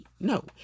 No